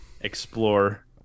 explore